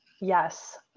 Yes